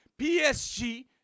PSG